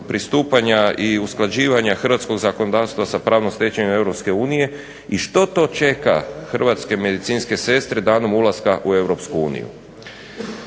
pristupanja i usklađivanja hrvatskog zakonodavstva sa pravnom stečevinom Europske unije i što to čeka hrvatske medicinske sestre danom ulaska u